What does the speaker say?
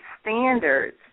standards